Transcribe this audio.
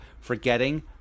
Forgetting